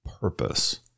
purpose